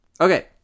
Okay